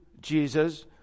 Jesus